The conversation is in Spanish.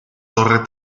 torre